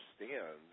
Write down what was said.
understand